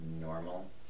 normal